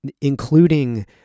including